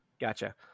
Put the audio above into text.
Gotcha